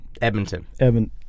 Edmonton